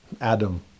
Adam